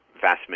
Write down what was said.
vast